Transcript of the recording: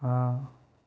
हाँ